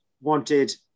wanted